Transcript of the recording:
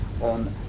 on